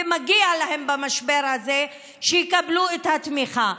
ומגיע להם שבמשבר הזה הם יקבלו את התמיכה.